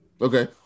Okay